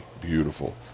Beautiful